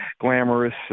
glamorous